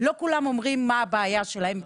לא כולם אומרים מהי הבעיה שלהם,